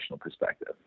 perspective